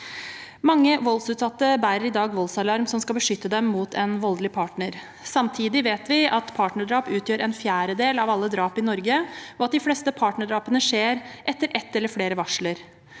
Mange voldsutsatte bærer i dag voldsalarm som skal beskytte dem mot en voldelig partner. Samtidig vet vi at partnerdrap utgjør en fjerdedel av alle drap i Norge, og at de fleste partnerdrapene skjer etter ett eller flere varsler.